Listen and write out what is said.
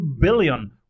billion